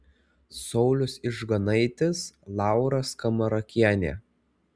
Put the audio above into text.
saulius ižganaitis laura skamarakienė